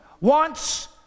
wants